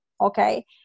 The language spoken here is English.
Okay